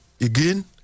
again